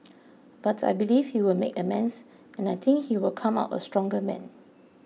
but I believe he will make amends and I think he will come out a stronger man